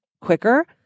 quicker